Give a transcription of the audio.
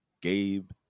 Gabe